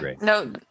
No